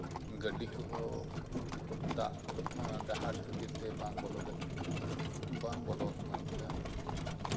ᱜᱟᱹᱰᱤ ᱠᱚᱸᱦᱚ ᱫᱟᱜ ᱰᱟᱦᱟᱨ ᱠᱷᱟᱹᱛᱤᱨ ᱛᱮ ᱵᱟᱝ ᱵᱚᱞᱚᱜ ᱠᱟᱱ ᱛᱟᱦᱮᱸᱱᱟ